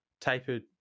tapered